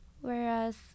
whereas